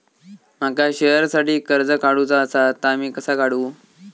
माका शेअरसाठी कर्ज काढूचा असा ता मी कसा काढू?